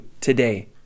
today